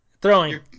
Throwing